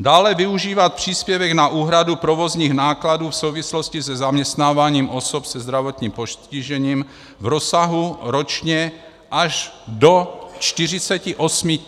Dále využívat příspěvek na úhradu provozních nákladů v souvislosti se zaměstnáváním osob se zdravotním postižením v rozsahu ročně až do 48 000